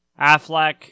Affleck